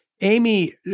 Amy